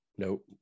Nope